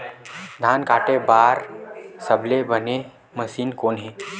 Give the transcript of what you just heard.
धान काटे बार सबले बने मशीन कोन हे?